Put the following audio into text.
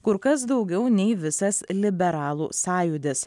kur kas daugiau nei visas liberalų sąjūdis